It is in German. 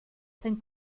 sein